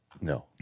No